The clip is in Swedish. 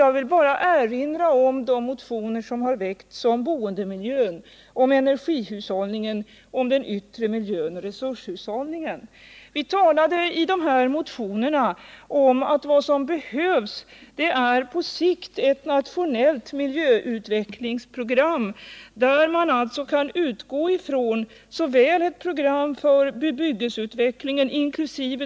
Jag vill bara erinra om de motioner som har väckts om boendemiljön, energihushållningen, den yttre miljön och resurshushållningen. Vi framförde i detta sammanhang bl.a. att vad som på sikt behövs är ett s.k. nationellt miljöutvecklingsprogram, där man kan utgå ifrån såväl ett program för bebyggelseutvecklingen, inkl.